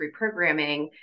reprogramming